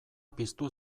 piztu